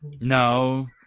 No